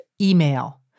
email